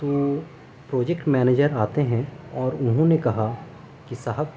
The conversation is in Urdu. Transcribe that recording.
تو پروجیکٹ مینیجر آتے ہیں اور انہوں نے کہا کہ صاحب